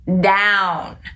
down